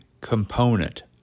component